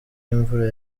imvura